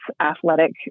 athletic